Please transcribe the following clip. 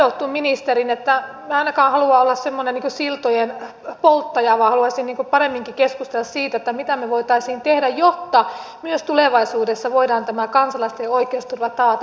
minä en ainakaan halua olla semmoinen siltojen polttaja vaan haluaisin paremminkin keskustella siitä mitä me voisimme tehdä jotta myös tulevaisuudessa voidaan tämä kansalaisten oikeusturva taata